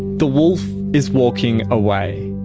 the wolf is walking away.